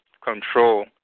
control